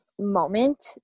moment